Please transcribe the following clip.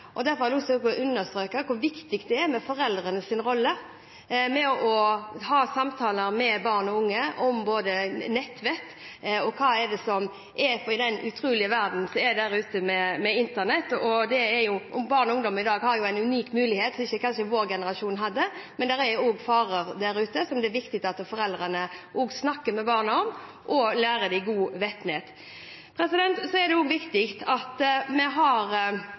Derfor vil jeg understreke hvor viktig foreldrenes rolle er når det gjelder å ta samtaler med barn og unge om både nettvett og hva som er der ute i den utrolige verden med internett. Barn og ungdom har i dag en unik mulighet som vår generasjon ikke hadde, men det er også farer der ute som det er viktig at foreldrene snakker med barna om og lærer dem godt nettvett. Så er det også viktig at vi har